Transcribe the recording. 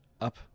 up